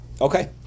Okay